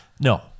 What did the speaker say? No